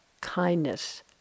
kindness